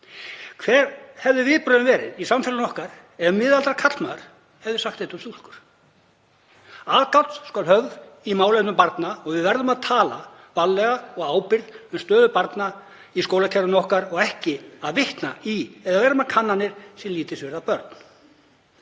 Hver hefðu viðbrögðin verið í samfélagi okkar ef miðaldra karlmaður hefði sagt þetta um stúlkur? Aðgát skal höfð í málefnum barna og við verðum að tala varlega og af ábyrgð um stöðu barna í skólakerfinu og ekki að vitna í eða vera með kannanir sem lítilsvirða börn.